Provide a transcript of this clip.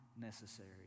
necessary